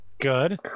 good